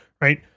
Right